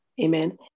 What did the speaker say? Amen